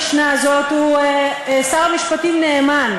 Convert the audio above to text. שמי שמינה את המשנה הזאת הוא שר המשפטים נאמן,